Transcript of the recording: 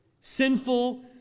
Sinful